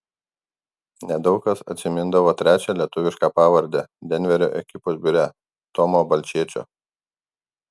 nedaug kas atsimindavo trečią lietuvišką pavardę denverio ekipos biure tomo balčėčio